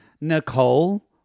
Nicole